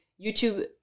YouTube